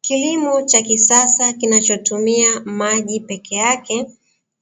Kilimo cha kisasa kinachotumia maji peke yake,